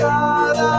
God